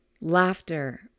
Laughter